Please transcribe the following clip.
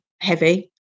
heavy